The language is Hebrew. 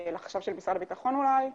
לחשב של משרד הביטחון אולי,